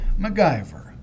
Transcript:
MacGyver